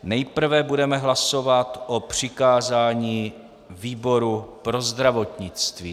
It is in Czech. Nejprve budeme hlasovat o přikázání výboru pro zdravotnictví.